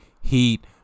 heat